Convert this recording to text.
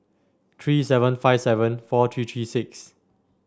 three seven five seven four three three six